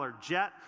jet